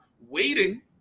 waiting